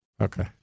Okay